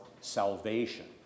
salvation